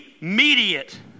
immediate